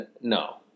No